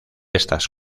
estas